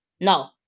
No